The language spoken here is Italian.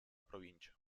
provincia